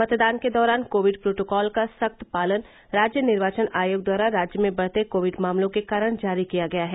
मतदान के दौरान कोविड प्रोटोकॉल का सख्त पालन राज्य निर्वाचन आयोग द्वारा राज्य में बढ़ते कोविद मामलों के कारण जारी किया गया है